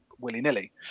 willy-nilly